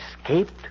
escaped